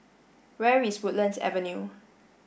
where is Woodlands Avenue